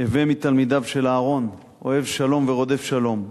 "הווי מתלמידיו של אהרן אוהב שלום ורודף שלום,